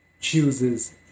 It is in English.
chooses